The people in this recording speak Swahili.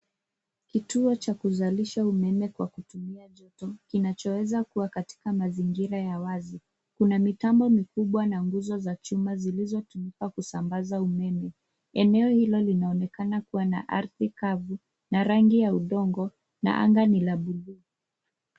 Kituo cha kuzalisha umeme kwa kutumia joto kinachoweza kuwa katika mazingira ya wazi. Kuna mitambo mikubwa na nguzo za chuma zilizotumika kusambaza umeme. Eneo hilo linaonekana kuwa na ardhi kavu, na rangi ya udongo, na anga ni la bluu.